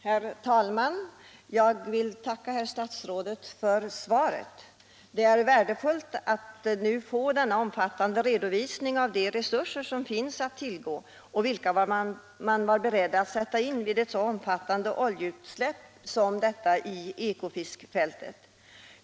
Herr talman! Jag tackar herr statsrådet för svaret. Det är värdefullt att få denna omfattande redovisning av vilka resurser som finns att tillgå och vilka man var beredd att sätta in vid ett så omfattande oljeutsläpp som det i Ekofiskfältet.